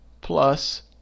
plus